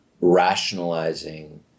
rationalizing